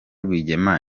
rwigema